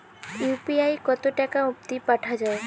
UPI কতো টাকা অব্দি পাঠা যায়?